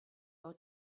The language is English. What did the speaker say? old